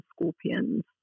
scorpions